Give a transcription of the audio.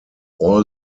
all